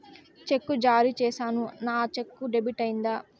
చెక్కు జారీ సేసాను, ఆ చెక్కు డెబిట్ అయిందా